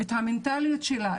את המנטליות שלה,